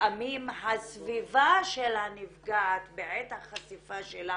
לפעמים הסביבה של הנפגעת בעת החשיפה שלה